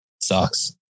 sucks